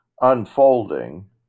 unfolding